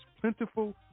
plentiful